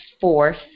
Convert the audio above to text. fourth